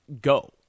go